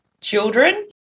children